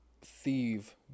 thief